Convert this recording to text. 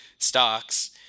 stocks